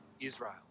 Israel